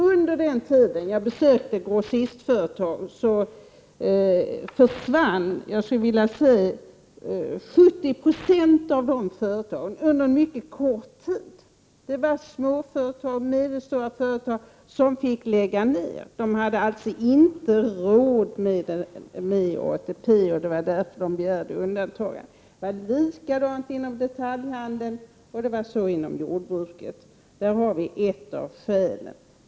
Under den tid jag besökte grossistföretag försvann under mycket kort tid ungefär 70 70 av de företagen. Det var små och medelstora företag som fick lägga ned. De hade alltså inte råd med ATP, och det var därför som man begärde undantagande. Det var likadant inom detaljhandeln och inom jordbruket. Där har vi ett av skälen.